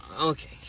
Okay